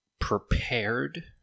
prepared